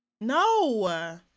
No